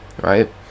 right